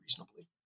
reasonably